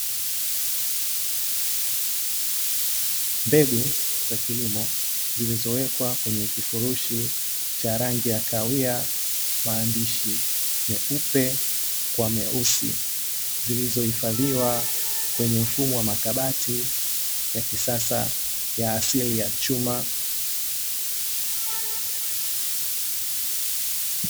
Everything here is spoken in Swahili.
Mbegu za kilimo zilizowekwa kwenye kifurushi cha rangi ya kahawia maandishi meupe kwa meusi, zilizohifadhiwa kwenye mfumo wa makabati ya kisasa ya asili ya chuma.